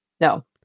No